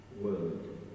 world